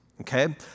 okay